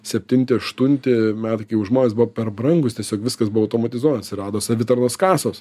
septinti aštunti metai kai jau žmonės buvo per brangūs tiesiog viskas buvo automatizuota atsirado savitarnos kasos